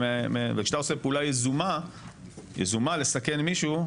כשאתה עושה פעולה יזומה לסכן מישהו,